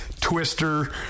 twister